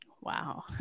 Wow